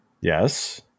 Yes